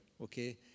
okay